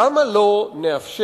למה לא נאפשר